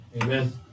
Amen